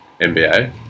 NBA